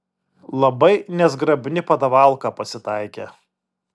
labai nezgrabni padavalka pasitaikė